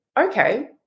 Okay